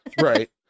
Right